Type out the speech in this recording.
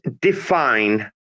define